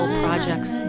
projects